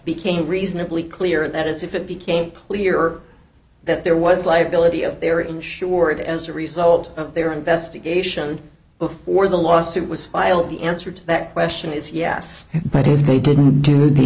became reasonably clear that is if it became clear that there was life bill of their insured as a result of their investigation before the lawsuit was filed the answer to that question is yes but if they didn't do the